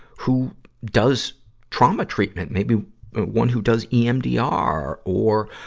who does trauma treatment. maybe one who does emdr or,